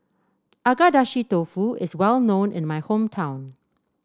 Agedashi Dofu is well known in my hometown